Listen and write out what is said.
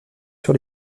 sur